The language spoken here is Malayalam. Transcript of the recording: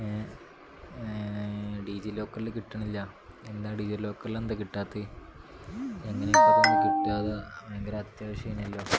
ഡീജിലോക്കറിൽ കിട്ടണില്ല എന്താ ഡീജലോക്കറിൽ എന്താണ് കിട്ടാത്തത് എങ്ങനെയൊക്കെ കിട്ടാതെ ഭയങ്കര അത്യാവശ്യമാണല്ലോ